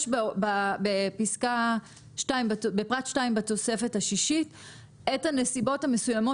יש בפרט 2 בתוספת השישית את הנסיבות המסוימות